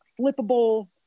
flippable